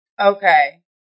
Okay